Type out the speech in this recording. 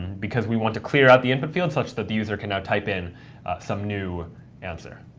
because we want to clear out the input field such that the user can now type in some new answer.